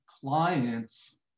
clients